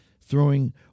throwing